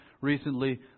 recently